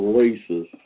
races